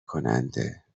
کننده